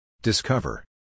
Discover